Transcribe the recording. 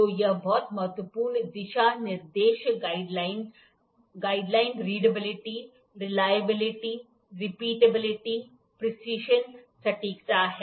तो यह बहुत महत्वपूर्ण दिशा निर्देश guideline guideline readability reliability repeatability precision सटीकता है